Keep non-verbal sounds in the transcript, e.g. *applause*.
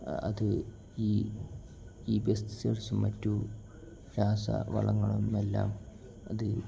അത് ഈ ഈ *unintelligible* മറ്റു രാസ വളങ്ങളുമെല്ലാം അത്